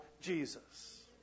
Jesus